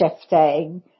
shifting